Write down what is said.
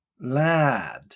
Lad